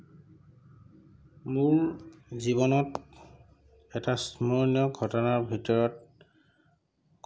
মোৰ জীৱনত এটা স্মৰণীয় ঘটনাৰ ভিতৰত